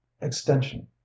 extension